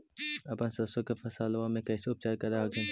अपन सरसो के फसल्बा मे कैसे उपचार कर हखिन?